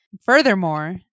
Furthermore